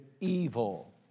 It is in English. evil